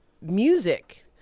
music